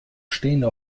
stehende